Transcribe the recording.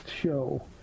show